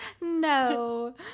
No